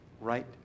right